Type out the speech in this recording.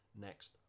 next